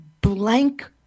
blank